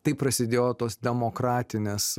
taip prasidėjo tos demokratinės